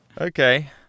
Okay